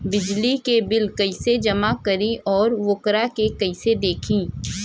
बिजली के बिल कइसे जमा करी और वोकरा के कइसे देखी?